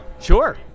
sure